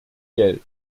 geld